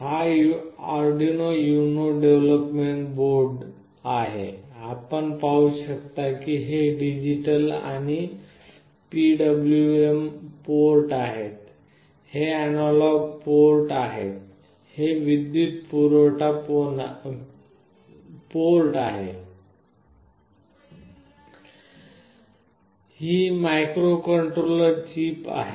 हा Arduino Uno development board आहे आपण पाहू शकता की हे डिजिटल आणि PWM पोर्ट आहेत हे अॅनालॉग पोर्ट आहेत हे विद्युत पुरवठा आहे ही मायक्रोकंट्रोलर चिप आहे